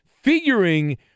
figuring